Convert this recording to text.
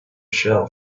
shell